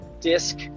disc